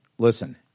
Listen